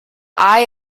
eye